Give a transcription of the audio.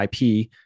IP